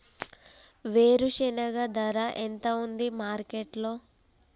వేరుశెనగ ధర ఎంత ఉంది మార్కెట్ లో?